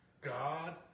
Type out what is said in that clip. God